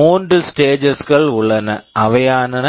மூன்று stages stages கள் உள்ளன அவையாவன